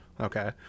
Okay